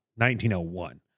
1901